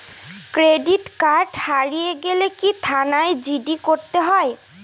Credit card হারিয়ে গেলে কি থানায় জি.ডি করতে হয়?